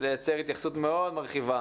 לייצר התייחסות מאוד מרחיבה